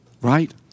Right